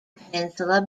peninsula